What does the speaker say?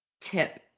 Tip